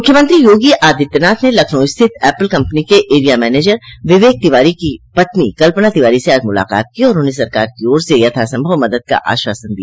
मुख्यमंत्री योगी आदित्यनाथ ने लखनऊ स्थित एप्पल कम्पनी के एरिया मैनेजर विवेक तिवारी की पत्नी कल्पना तिवारी से आज मुलाकात की और उन्हें सरकार की ओर से यथासंभव मदद का आश्वासन दिया